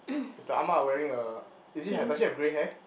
is the ah ma wearing a is she does she have grey hair